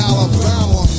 Alabama